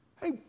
Hey